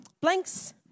blanks